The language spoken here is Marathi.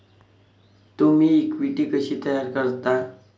तुम्ही इक्विटी कशी तयार करता?